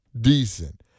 Decent